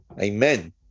Amen